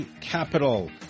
capital